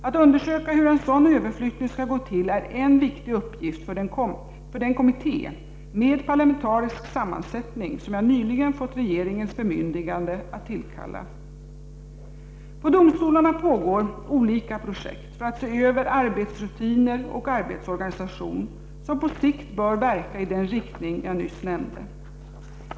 Att undersöka hur en sådan överflyttning skall gå till är en viktig uppgift för den kommitté med parlamentarisk sammansättning som jag nyligen fått regeringens bemyndigande att tillkalla. På domstolarna pågår olika projekt för att se över arbetsrutiner och arbetsorganisation som på sikt bör verka i den riktning jag nyss nämnde.